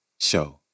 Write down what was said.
Show